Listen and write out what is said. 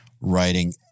writing